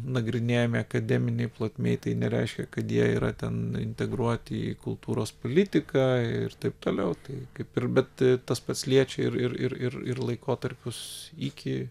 nagrinėjame akademinėj plotmėj tai nereiškia kad jie yra ten integruoti į kultūros politiką ir taip toliau tai kaip ir bet tas pats liečia ir ir ir ir laikotarpius iki